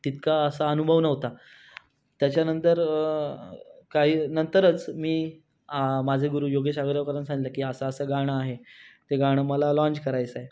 तितका असा अनुभव नव्हता त्याच्यानंतर काही नंतरच मी माझे गुरु योगेश आगरकरांना सांगितलं की असं असं गाणं आहे ते गाणं मला लाँच करायचं आहे